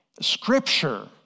Scripture